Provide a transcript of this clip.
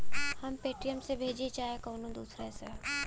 हम पेटीएम से भेजीं चाहे कउनो दूसरे से